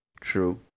True